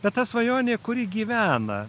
bet ta svajonė kuri gyvena